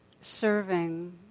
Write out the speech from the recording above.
serving